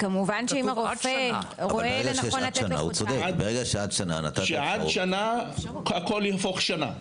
כמובן שאם הרופא רואה לנכון לתת לו --- כשזה עד שנה הכל יהפוך לשנה.